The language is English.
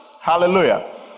Hallelujah